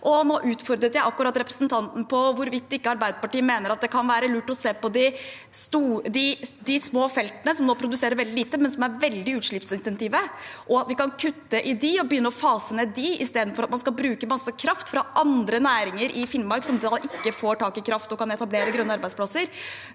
Nå utfordret jeg akkurat representanten på hvorvidt Arbeiderpartiet mener at det kan være lurt å se på de små feltene som nå produserer veldig lite, men som er veldig utslippsintensive, og om de kan kutte i dem og begynne å fase dem ned, istedenfor at man skal bruke masse kraft, som kunne vært brukt i andre næringer i Finnmark, men som da ikke får tak i kraft, og ikke kan etablere grønne arbeidsplasser,